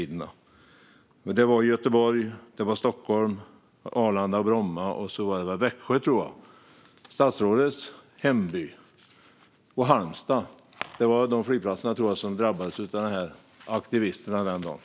Det var Göteborg, Stockholm - Arlanda och Bromma - och så var det väl Växjö, tror jag, statsrådets hemby, och Halmstad vars flygplatser drabbades av aktivisterna den dagen.